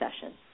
session